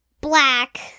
black